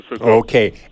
Okay